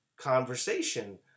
conversation